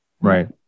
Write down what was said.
Right